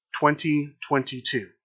2022